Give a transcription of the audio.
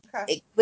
Okay